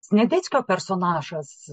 sniadeckio personažas